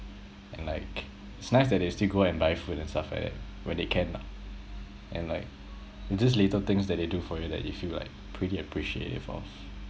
and like it's nice that they still go and buy food and stuff like that when they can lah and like just little things that they do for you that you feel like pretty appreciative of